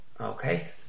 Okay